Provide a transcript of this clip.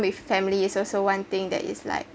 with family is also one thing that is like